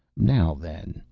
now then,